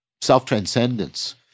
self-transcendence